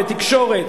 בתקשורת,